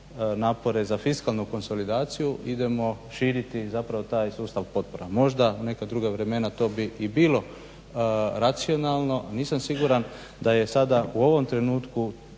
napore za fiskalnu konsolidaciju idemo širiti zapravo taj sustav potpora. Možda u neka druga vremena to bi i bilo racionalno. Nisam siguran da je sada u ovom trenutku